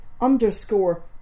underscore